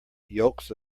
yolks